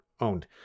owned